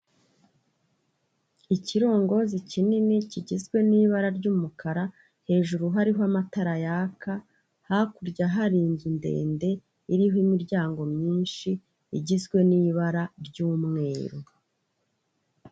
Ikirongozi kinini kigizwe n'ibara ry'umukara, hejuru hariho amatara yaka, hakurya hari inzu ndende, iriho imiryango myinshi igizwe n'ibara ry'umweru.